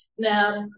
Now